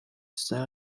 sir